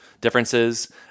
differences